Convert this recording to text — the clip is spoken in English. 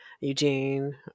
eugene